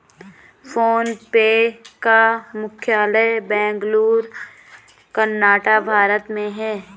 phone पे का मुख्यालय बेंगलुरु, कर्नाटक, भारत में है